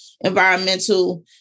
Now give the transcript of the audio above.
environmental